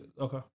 Okay